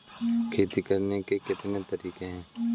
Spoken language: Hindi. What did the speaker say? खेती करने के कितने तरीके हैं?